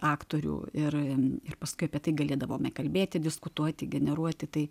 aktorių ir ir paskui apie tai galėdavome kalbėti diskutuoti generuoti tai